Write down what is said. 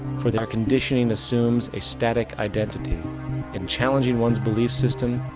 for their conditioning assumes a static identity and challenging one's belief system,